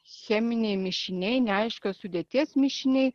cheminiai mišiniai neaiškios sudėties mišiniai